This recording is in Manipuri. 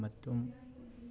ꯃꯇꯨꯝ